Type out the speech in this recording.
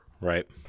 Right